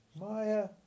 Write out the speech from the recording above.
Maya